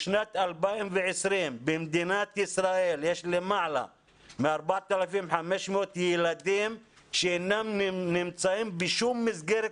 בשנת 2020 במדינת ישראל יש למעלה מ-4,500 ילדים שאינם נמצאים בשום מסגרת